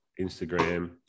Instagram